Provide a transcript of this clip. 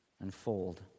unfold